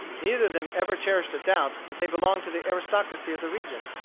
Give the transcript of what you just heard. neither of them ever cherished a doubt that they belonged to the aristocracy of the region.